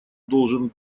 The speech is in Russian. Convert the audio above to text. должен